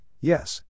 yes